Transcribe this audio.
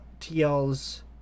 TL's